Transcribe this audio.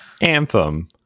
anthem